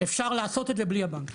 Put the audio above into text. אפשר לעשות את זה בלי הבנקים.